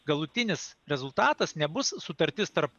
galutinis rezultatas nebus sutartis tarp